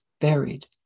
buried